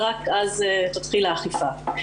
ורק אז תתחיל האכיפה.